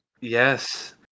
Yes